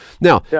Now